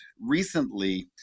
recently